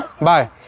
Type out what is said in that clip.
Bye